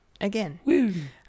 again